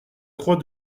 croix